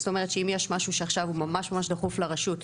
זאת אומרת שאם יש משהו שהוא עכשיו ממש ממש דחוף לרשות,